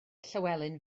llywelyn